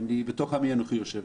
בתוך עמי אנוכי יושב.